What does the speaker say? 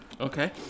Okay